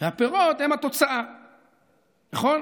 והפירות הם התוצאה, נכון?